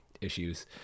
issues